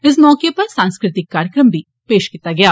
इस मौके उप्पर सांस्कृतिक कार्यक्रम बी पेश कीता गेआ